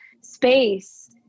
space